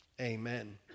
Amen